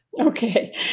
Okay